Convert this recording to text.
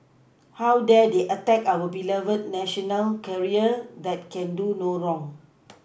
how dare they attack our beloved national carrier that can do no wrong